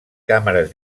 càmeres